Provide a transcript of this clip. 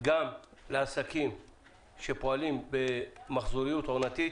גם לעסקים שפועלים במחזוריות עונתית.